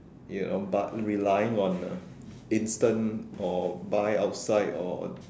you know but relying on a instant or buy outside or